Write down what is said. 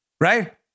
Right